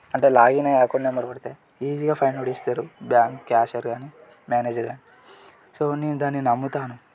అంటే లాగిన్ అయి account number కొడితే ఈజీగా ఫైండ్ అవుట్ చేస్తారు బ్యాంక్ క్యాషియర్ కానీ మేనేజర్ కానీ సో నేను దాన్ని నమ్ముతాను